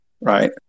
right